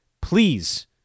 Please